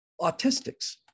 autistics